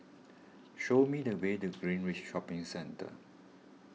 show me the way to Greenridge Shopping Centre